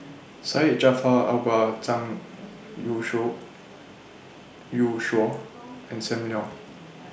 Syed Jaafar Albar Zhang Youshuo and SAM Leong